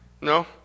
no